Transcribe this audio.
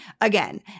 again